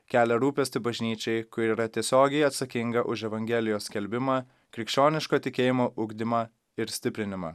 kelia rūpestį bažnyčiai kuri yra tiesiogiai atsakinga už evangelijos skelbimą krikščioniško tikėjimo ugdymą ir stiprinimą